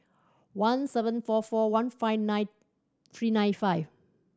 one seven four four one five nine three nine five